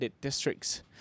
districts